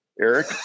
Eric